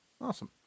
awesome